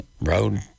Road